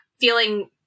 feeling